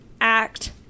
act